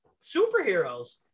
superheroes